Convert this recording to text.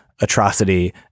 atrocity